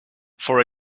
for